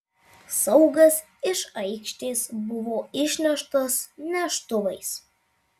saugas iš aikštės buvo išneštas neštuvais